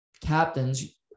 captains